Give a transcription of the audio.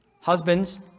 Husbands